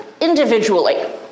individually